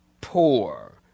poor